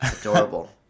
adorable